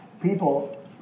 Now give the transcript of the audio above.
People